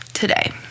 Today